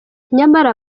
nyamara